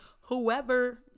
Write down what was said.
whoever